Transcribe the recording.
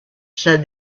said